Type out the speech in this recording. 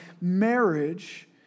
marriage